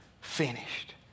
finished